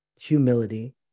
humility